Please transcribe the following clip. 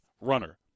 runner